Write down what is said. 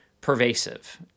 pervasive